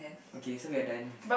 okay so we are done